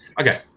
Okay